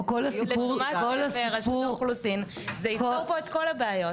זה יפתור פה את כל הבעיות.